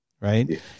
right